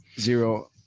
Zero